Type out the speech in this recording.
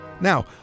Now